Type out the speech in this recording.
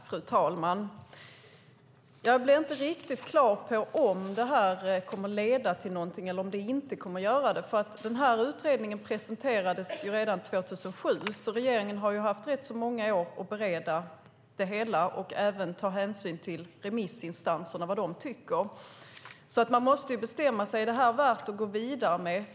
Fru talman! Jag blir inte riktigt klar över om det här kommer att leda till någonting eller om det inte kommer att göra det. Den här utredningen presenterades redan 2007, så regeringen har haft rätt många år på sig att bereda det hela och även ta hänsyn till vad remissinstanserna tycker. Man måste bestämma sig för om det här är värt att gå vidare med.